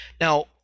Now